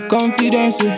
Confidence